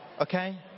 Okay